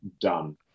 done